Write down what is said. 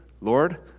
Lord